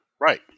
right